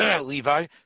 Levi